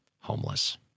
homeless